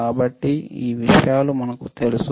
కాబట్టి ఇ విషయాలు మనకు తెలుసు